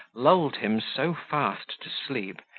lulled him so fast to sleep,